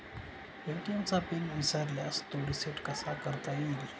ATM चा pin विसरल्यास तो रिसेट कसा करता येईल?